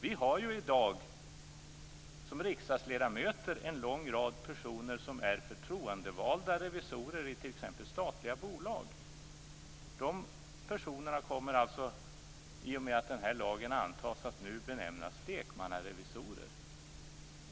Vi har i dag en lång rad riksdagsledamöter som är förtroendevalda revisorer i t.ex. statliga bolag. De personerna kommer i och med att den nu aktuella lagen antas nu att benämnas lekmannarevisorer.